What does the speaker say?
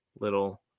little